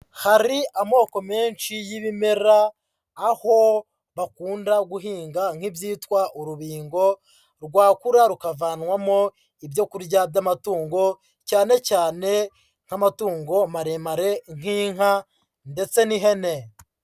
Hari amoko menshi y'ibimera, aho bakunda guhinga nk'ibyitwa urubingo rwakura rukavanwamo ibyo kurya by'amatungo cyane cyane nk'amatungo maremare nk'inka ndetse n'ihene.